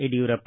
Yediyurappa